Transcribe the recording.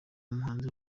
umuhanzi